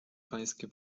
pańskie